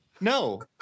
no